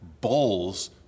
bowls